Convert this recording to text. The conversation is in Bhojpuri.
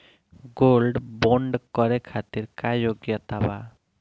गोल्ड बोंड करे खातिर का योग्यता बा?